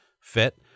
fit